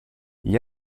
gli